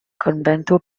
convento